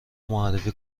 معرفی